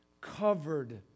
covered